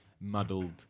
muddled